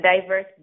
diverse